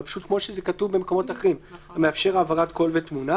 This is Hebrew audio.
כמו שזה כתוב במקומות אחרים "המאפשר העברת קול ותמונה".